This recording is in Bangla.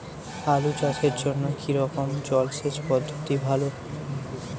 আলু চাষের জন্য কী রকম জলসেচ পদ্ধতি ভালো?